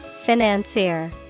Financier